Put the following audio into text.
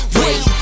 wait